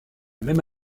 même